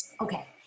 Okay